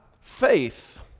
faith